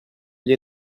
gli